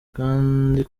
kandi